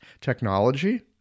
technology